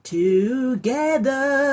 together